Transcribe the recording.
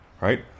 right